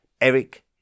Eric